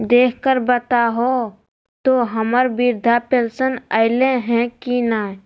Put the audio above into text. देख कर बताहो तो, हम्मर बृद्धा पेंसन आयले है की नय?